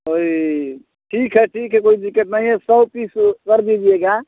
वही ठीक है ठीक है कोई दिक़्क़त नहीं है सौ पीस कर दीजिएगा